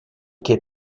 que